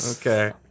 okay